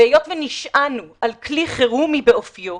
והיות ונשענו על כלי חירומי באופיו,